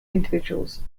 individuals